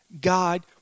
God